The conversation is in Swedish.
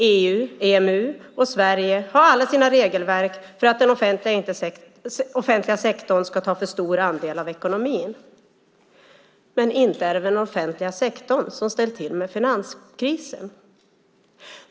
EU, EMU och Sverige har alla sina regelverk för att den offentliga sektorn inte ska ta för stor andel av ekonomin. Men inte är det väl den offentliga sektorn som ställt till med finanskrisen?